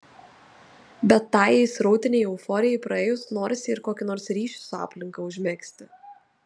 bet tajai srautinei euforijai praėjus norisi ir kokį nors ryšį su aplinka užmegzti